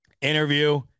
interview